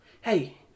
Hey